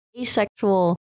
asexual